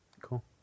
Cool